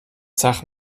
zach